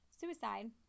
suicide